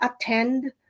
attend